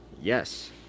Yes